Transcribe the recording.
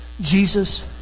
Jesus